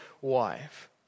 wife